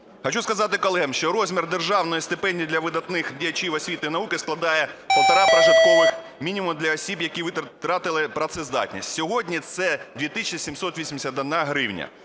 Хочу сказати колегам, що розмір державної стипендії для видатних діячів освіти і науки складає півтора прожиткових мінімуми для осіб, які втратили працездатність, сьогодні це 2 тисячі 781 гривня.